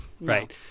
Right